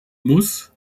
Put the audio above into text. muss